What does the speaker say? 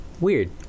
weird